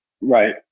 Right